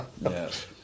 yes